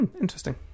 interesting